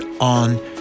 on